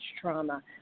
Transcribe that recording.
trauma